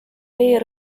vee